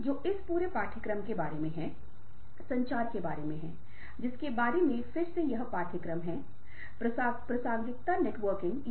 और इन्हें विभिन्न शब्दों में भावनात्मक बुद्धिमत्ता कहा जाता है